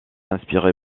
inspiré